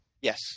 Yes